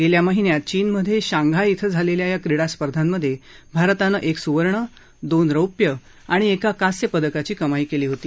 गेल्या महिन्यात चीनमधे शांघाय इथं झालेल्या या क्रीडा स्पर्धांमधे भारतानं एक स्वर्ण दोन रौप्य आणि एका कांस्य पदकाची कमाई केली होती